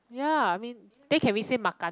ya I mean then can we say makan